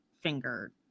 finger